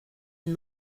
une